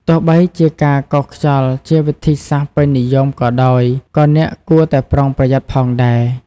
ទោះបីជាការកោសខ្យល់ជាវិធីសាស្ត្រពេញនិយមក៏ដោយ ក៏អ្នកគួរតែប្រុងប្រយ័ត្នផងដែរ។